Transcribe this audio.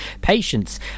patients